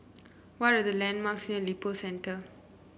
what are the landmarks near Lippo Center